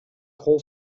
кол